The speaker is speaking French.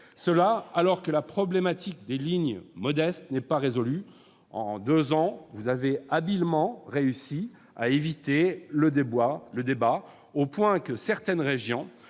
SNCF Réseau ? La problématique des « lignes modestes » n'est pas résolue. En deux ans, vous avez habilement réussi à éviter le débat, à tel point que certaines régions